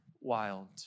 wild